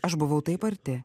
aš buvau taip arti